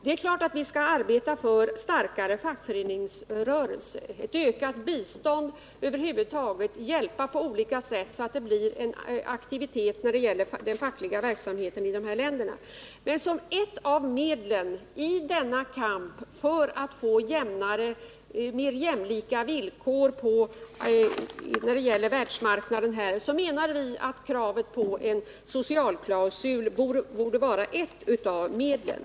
Det är klart att vi skall arbeta för starkare fackföreningsrörelser, för ett ökat bistånd och över huvud taget för att hjälpa på olika sätt så att det blir en aktivitet när det gäller facklig verksamhet i de här länderna. Men i denna kamp för att få mera jämlika villkor på världsmarknaden menar vi att kravet på en socialklausul borde vara ett av medlen.